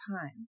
time